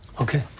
Okay